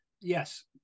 Yes